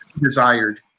desired